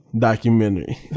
documentary